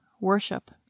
worship